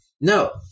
No